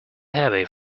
heavy